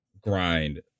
grind